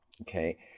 Okay